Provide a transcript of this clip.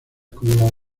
como